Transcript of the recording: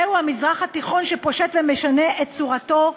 זהו המזרח התיכון שפושט ומשנה את צורתו,